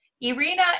Irina